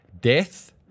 death